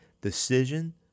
decision